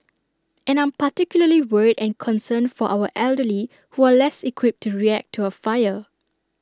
and I'm particularly worried and concerned for our elderly who are less equipped to react to A fire